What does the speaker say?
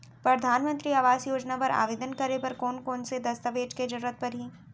परधानमंतरी आवास योजना बर आवेदन करे बर कोन कोन से दस्तावेज के जरूरत परही?